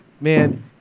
man